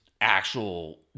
actual